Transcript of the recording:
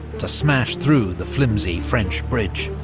to smash through the flimsy french bridge.